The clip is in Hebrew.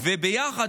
וביחד,